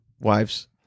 wives